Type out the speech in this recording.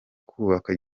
kubaka